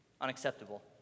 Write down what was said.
Unacceptable